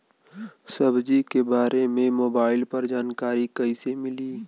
सब्जी के बारे मे मोबाइल पर जानकारी कईसे मिली?